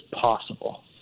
possible